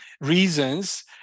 reasons